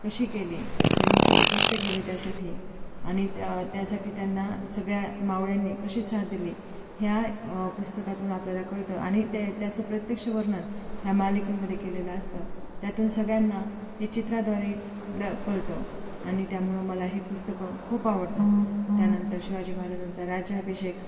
कशी केली त्यांनी किती कष्ट केले त्यासाठी आणि त त्यासाठी त्यांना सगळ्या मावळ्यांनी कशी साथ दिली ह्या पुस्तकातून आपल्याला कळतं आणि त्या त्याचं प्रत्यक्ष वर्णन ह्या मालिकेमध्ये केलेलं असतं त्यातून सगळ्यांना हे चित्राद्वारे ल कळतं आणि त्यामुळं मला हे पुस्तकं खूप आवडतात त्यानंतर शिवाजी महाराजांचा राज्याभिषेक